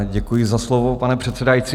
Děkuji za slovo, pane předsedající.